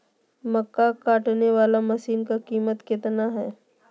मक्का कटने बाला मसीन का कीमत कितना है?